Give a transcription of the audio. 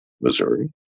Missouri